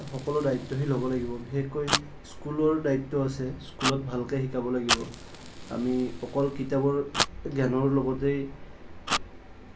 সকলো দায়িত্বশীল হ'ব লাগিব বিশেষকৈ স্কুলৰ দায়িত্ব আছে স্কুলত ভালদৰে শিকাব লাগিব আমি অকল কিতাপৰ জ্ঞানৰ লগতেই